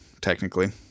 technically